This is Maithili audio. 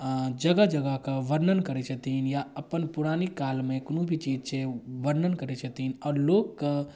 जगह जगहके वर्णन करै छथिन या अपन पौराणिक कालमे कोनो भी चीज छै ओ वर्णन करै छथिन आओर लोकके